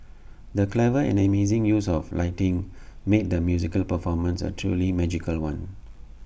the clever and amazing use of lighting made the musical performance A truly magical one